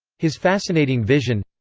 his fascinating vision.